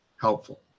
helpful